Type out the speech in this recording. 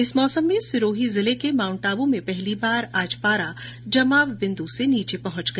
इस मौसम में सिरोही जिले के माउण्ट आबू में पहली बार आज पारा आज जमाव बिंदू से नीचे पहुंच गया